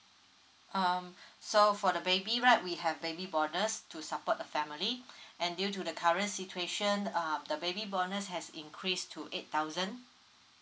um so for the baby right we have baby bonus to support the family and due to the current situation uh the baby bonus has increased to eight thousand